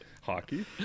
Hockey